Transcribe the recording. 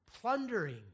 plundering